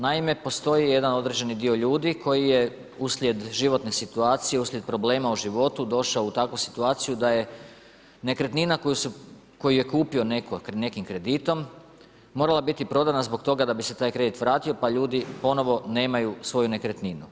Naime, postoji jedan određeni dio ljudi, koji je uslijed životne situacije, uslijed problema o životu, došao u takvu situaciju, da je nekretnina koju je kupio netko, nekim kreditom, morala biti prodana, zbog toga, da bi se taj kredit vratio, pa ljudi ponofno nemaju svoju nekretninu.